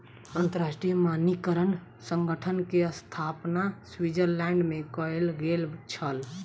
अंतरराष्ट्रीय मानकीकरण संगठन के स्थापना स्विट्ज़रलैंड में कयल गेल छल